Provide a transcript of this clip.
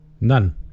none